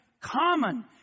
common